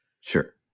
Sure